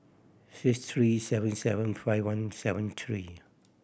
six three seven seven five one seven three